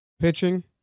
pitching